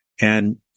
And-